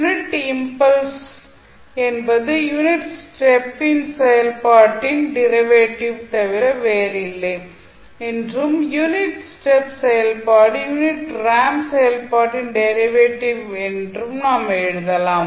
unit impulse என்பது unit step செயல்பாட்டின் derivative தவிர வேறில்லை என்றும் யூனிட் ஸ்டெப் செயல்பாடு யூனிட் ரேம்ப் செயல்பாட்டின் டெரிவேட்டிவ் நாம் எழுதலாம்